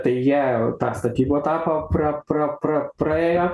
tai jie tą statybų etapą pra pra pra praėjo